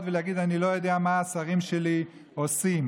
ולהגיד: אני לא יודע מה השרים שלי עושים.